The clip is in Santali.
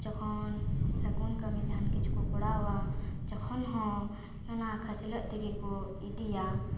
ᱡᱚᱠᱷᱚᱱ ᱜᱟᱹᱜᱩᱱ ᱠᱟᱹᱢᱤ ᱡᱟᱦᱟᱱ ᱠᱤᱪᱷᱩ ᱠᱚ ᱠᱚᱨᱟᱣᱟ ᱡᱚᱠᱷᱚᱱ ᱦᱚᱸ ᱚᱱᱟ ᱠᱷᱟᱹᱪᱞᱟᱹᱜ ᱛᱮᱜᱮ ᱠᱚ ᱤᱫᱤᱭᱟ